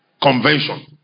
Convention